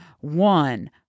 one